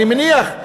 אני מניח,